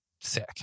sick